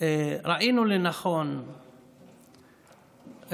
ראינו לנכון להביע,